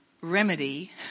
remedy